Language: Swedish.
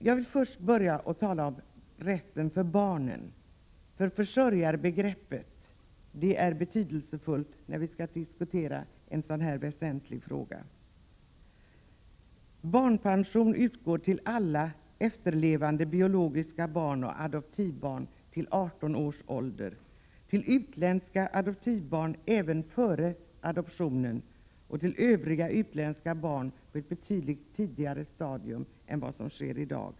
Jag vill börja med att tala om rätten för barnen, eftersom försörjarbegreppet är betydelsefullt när vi skall diskutera en så väsentlig fråga som denna. Barnpension utgår till alla efterlevande biologiska barn och adoptivbarn till 18 års ålder, till utländska adoptivbarn även före adoptionen och till övriga utländska barn på ett betydligt tidigare stadium än vad som sker i dag.